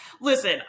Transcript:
listen